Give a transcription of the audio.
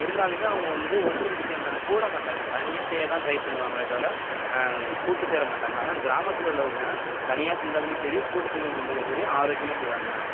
இருந்தாலுமே அவங்க வந்து ஒன்றுபட்டு செய்ய மாட்டாங்க கூட மாட்டாங்க தனியாக செய்ய தான் டிரை பண்ணுவாங்களே தவிர கூட்டு சேர மாட்டாங்க ஆனால் கிராமத்தில் உள்ளவங்க தனியாக செஞ்சாலுமே சரி கூட்டு சேர்ந்து செஞ்சாலுமே சரி ஆரோக்கியமாக செய்வாங்க